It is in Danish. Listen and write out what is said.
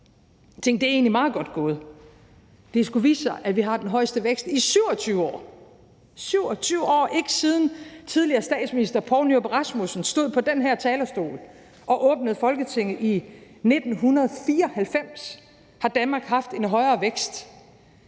Vi tænkte: Det er egentlig meget godt gået. Det skulle vise sig, at vi har den højeste vækst i 27 år. Ikke siden tidligere statsminister Poul Nyrup Rasmussen stod på den her talerstol og åbnede Folketinget i 1994, har Danmark haft en højere vækst